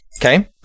Okay